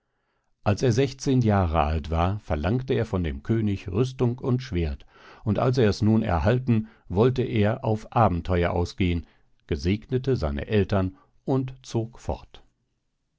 als er sechszehn jahr alt war verlangte er von dem könig rüstung und schwert und als er es nun erhalten wollte er auf abentheuer ausgehen gesegnete seine eltern und zog fort